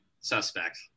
suspect